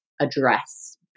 address